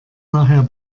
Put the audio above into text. nachher